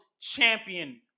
champion